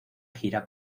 gira